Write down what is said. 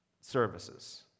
services